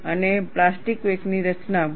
અને પ્લાસ્ટિક વેકની રચના પણ